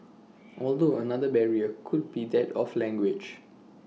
although another barrier could be that of language